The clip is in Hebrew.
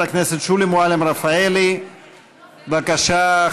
הכנסת הועברה לוועדת הפנים והגנת הסביבה להכנתה לקריאה ראשונה.